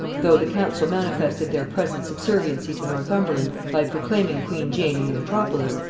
though the council manifested their present subserviency to northumberland by proclaiming queen jane in the metropolis,